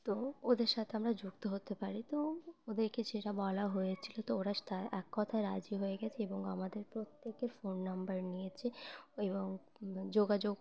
তো ওদের সাথে আমরা যুক্ত হতে পারি তো ওদেরকে সেটা বলা হয়েছিলো তো ওরা এক কথায় রাজি হয়ে গেছে এবং আমাদের প্রত্যেকের ফোন নম্বর নিয়েছে এবং যোগাযোগ